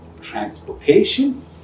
transportation